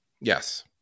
Yes